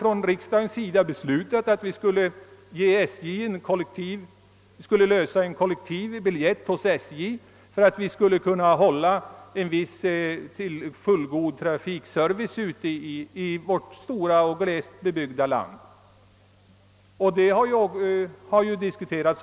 Riksdagen har beslutat att lösa en kollektiv biljett hos SJ för att kunna ge fullgod trafikservice 1 vårt glest bebyggda land.